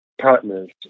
partners